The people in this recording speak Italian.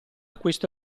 questo